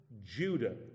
Judah